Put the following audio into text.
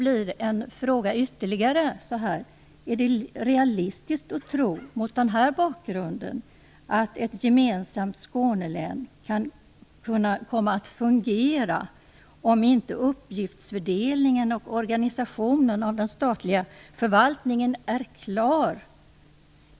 Detta leder till ytterligare en fråga: Är det mot den här bakgrunden realistiskt att tro att ett gemensamt Skånelän kan kunna fungera om inte uppgiftsfördelningen och organisationen av den statliga förvaltningen är klar?